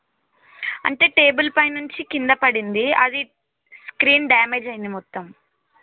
అంటే టేబుల్ పై నుంచి కింద పడింది అది స్క్రీన్ డ్యామేజ్ అయింది మొత్తం